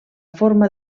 forma